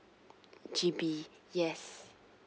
G_B yes